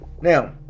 Now